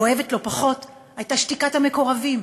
כואבת לא פחות הייתה שתיקת המקורבים,